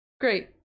great